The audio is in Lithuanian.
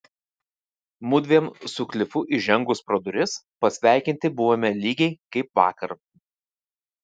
mudviem su klifu įžengus pro duris pasveikinti buvome lygiai kaip vakar